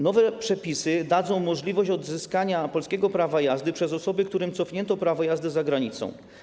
Nowe przepisy dadzą możliwość odzyskania polskiego prawa jazdy przez osoby, którym cofnięto prawo jazdy za granicą.